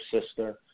sister